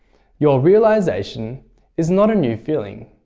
your realisation is not a new feeling.